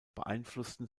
beeinflussten